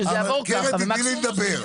שזה יעבור ככה -- אבל קרן תתני לי לדבר,